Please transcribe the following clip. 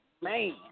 Man